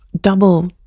double